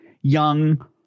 young